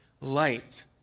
light